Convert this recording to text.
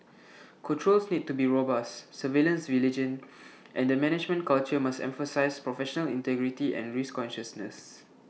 controls need to be robust surveillance vigilant and the management culture must emphasise professional integrity and risk consciousness